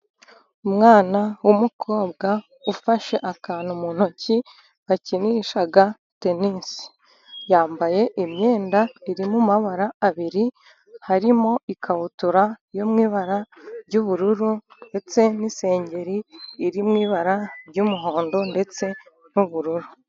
Umwana w'umukobwa ufashe akantu mu ntoki akinisha tenisi, yambaye imyenda iri mu mabara abiri harimo ikabutura yo mu ibara ry'ubururu ndetse n'isengeri iri mu ibara ry'umuhondo ndetse n'ubururu.